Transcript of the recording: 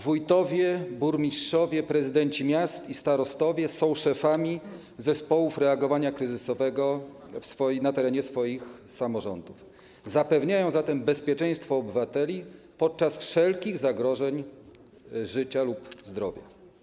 Wójtowie, burmistrzowie, prezydenci miast i starostowie są szefami zespołów reagowania kryzysowego na terenie swoich samorządów, zapewniają zatem bezpieczeństwo obywateli podczas wszelkich zagrożeń życia lub zdrowia.